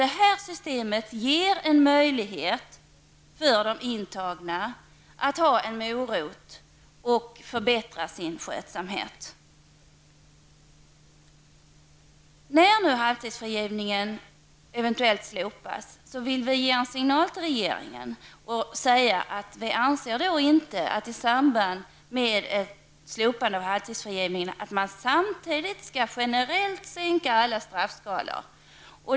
Det systemet ger de intagna en morot att förbättra sin skötsamhet. När nu halvtidsfrigivningen eventuellt slopas vill vi ge regeringen en signal om att vi inte anser att man generellt skall sänka alla straffskalor i samband med slopandet av halvtidsfrigivningen.